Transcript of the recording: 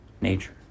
nature